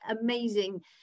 amazing